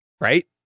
right